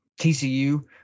TCU